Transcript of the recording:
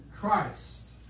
Christ